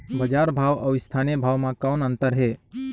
बजार भाव अउ स्थानीय भाव म कौन अन्तर हे?